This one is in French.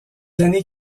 années